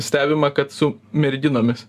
stebima kad su merginomis